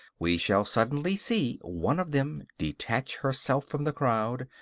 we shall suddenly see one of them detach herself from the crowd,